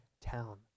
town